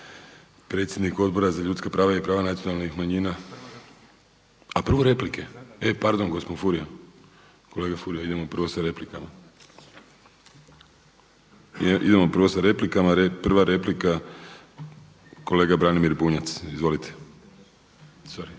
predstavnik Odbora za ljudska prava i prava nacionalnih manjina. A prvo replike? Pardon gospodine Furio, kolega Furio idemo prvo sa replikama. Prva replika kolega Branimir Bunjac. Izvolite.